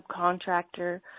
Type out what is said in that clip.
subcontractor